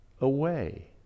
away